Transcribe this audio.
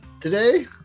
Today